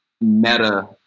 meta